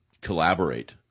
collaborate